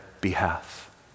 behalf